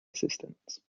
assistance